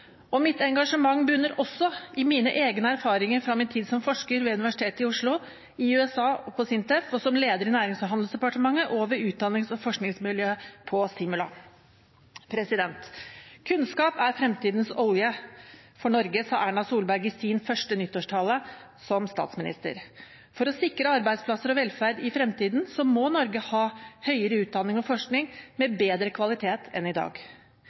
undervisningen. Mitt engasjement bunner også i mine egne erfaringer fra min tid som forsker ved Universitetet i Oslo, i USA og på SINTEF og som leder i Nærings- og handelsdepartementet og ved utdannings- og forskningsmiljøet på Simula. Kunnskap er fremtidens olje for Norge, sa Erna Solberg i sin første nyttårstale som statsminister. For å sikre arbeidsplasser og velferd i fremtiden må Norge ha høyere utdanning og forskning med bedre kvalitet enn i dag.